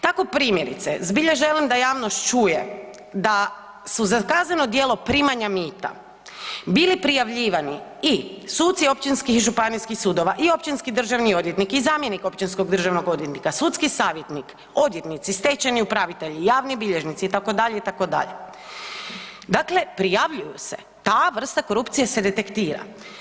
Tako primjerice zbilja želim da javnost čuje da su za kazneno djelo primanja mita bili prijavljivani i suci općinskih i županijskih sudova i općinski državni odvjetnik i zamjenik općinskog državnog odvjetnika, sudski savjetnik, odvjetnici, stečajni upravitelji, javni bilježnici itd., itd., dakle prijavljuju se, ta vrsta korupcije se detektira.